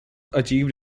achieved